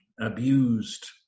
abused